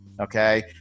Okay